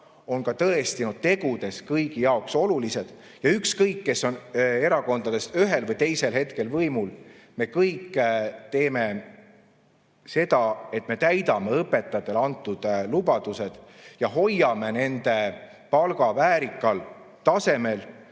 on tõesti ka tegudes kõigi jaoks olulised. Ükskõik, kes erakondadest on ühel või teisel hetkel võimul, me kõik võiksime teha seda, et me täidame õpetajatele antud lubadused. Me hoiame nende palga väärikal tasemel